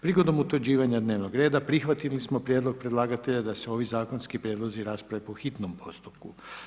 Prigodom utvrđivanja Dnevnog reda prihvatili smo prijedlog predlagatelja da se ovi zakonski prijedlozi rasprave po hitno postupku.